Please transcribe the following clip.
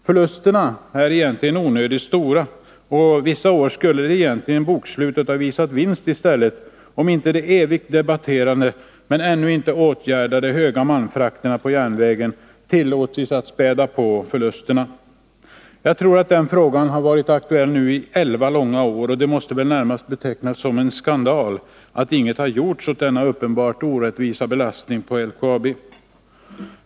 Förlusterna är egentligen onödigt stora, och vissa år skulle egentligen bokslutet ha visat vinst i stället, om inte de evigt debatterade men ännu inte åtgärdade höga avgifterna för malmfrakterna på järnvägen tillåtits att späda på förlusterna. Jag tror att den frågan har varit aktuell i elva långa år, och det måste väl närmast betecknas som en skandal att inget har gjorts åt denna uppenbart orättvisa belastning på LKAB.